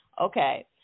Okay